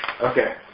Okay